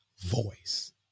voice